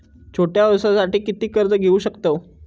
छोट्या व्यवसायासाठी किती कर्ज घेऊ शकतव?